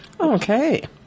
Okay